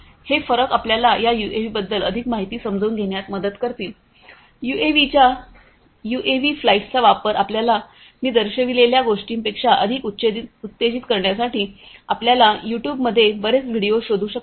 हे फरक आपल्याला या यूएव्हींबद्दल अधिक माहिती समजून घेण्यात मदत करतीलयूएव्हीच्या यूएव्ही फ्लाइट्सचा वापर आपल्याला मी दर्शविलेल्या गोष्टींपेक्षा अधिक उत्तेजित करण्यासाठी आपल्याला युट्यूबमध्ये बरेच व्हिडिओ शोधू शकतात